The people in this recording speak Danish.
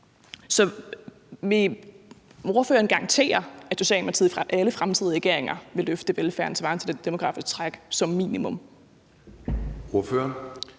Så vil ordføreren garantere, at Socialdemokratiet i alle fremtidige regeringer vil løfte velfærden som minimum svarende til det demografiske træk?